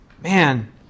Man